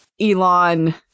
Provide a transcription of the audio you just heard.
Elon